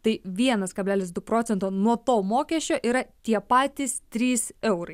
tai vienas kablelis du procento nuo to mokesčio yra tie patys trys eurai